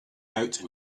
out